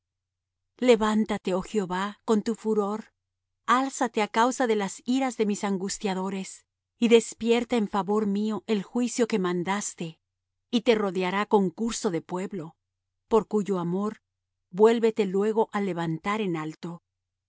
levántate oh jehová con tu furor alzate á causa de las iras de mis angustiadores y despierta en favor mío el juicio que mandaste y te rodeará concurso de pueblo por cuyo amor vuélvete luego á levantar en alto